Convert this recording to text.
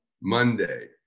Monday